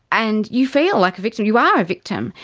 and you feel like a victim, you are a victim,